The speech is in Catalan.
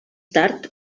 tard